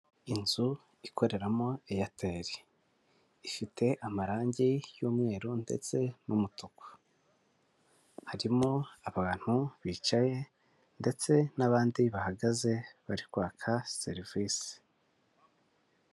Inzu ikoreramo eyateli, ifite amarangi y'umweru ndetse n'umutuku harimo abantu bicaye ndetse n'abandi bahagaze bari kwaka serivisi.